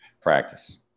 Practice